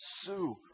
Sue